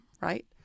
right